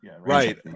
Right